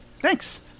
Thanks